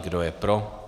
Kdo je pro?